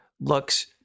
looks